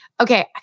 Okay